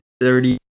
thirty